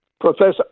Professor